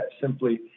simply